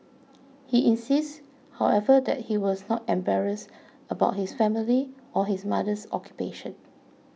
he insists however that he was not embarrassed about his family or his mother's occupation